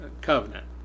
covenant